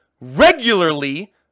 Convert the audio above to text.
regularly